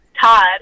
Todd